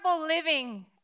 living